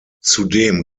zudem